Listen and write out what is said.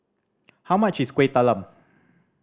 how much is Kuih Talam